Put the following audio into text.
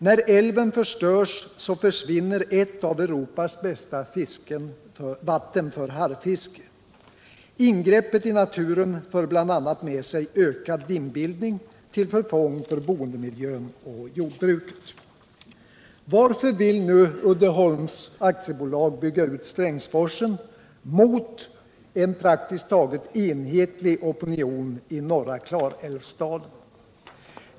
När älven förstörs försvinner ett av Europas bästa vatten för harrfiske. Ingreppet i naturen för bl.a. med sig ökad dimbildning till förfång för boendemiljön och jordbruket. Varför vill nu Uddeholms AB bygga ut Strängsforsen mot en praktiskt taget enhetlig opinion i Norra Klarälvsdalen?